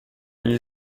gli